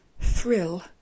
thrill